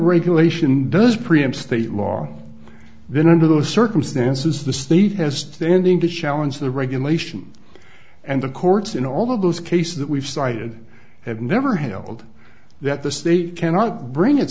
regulation does preempt state law then under those circumstances the state has standing to challenge the regulation and the courts in all of those cases that we've cited have never held that the state cannot bring it